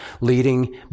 leading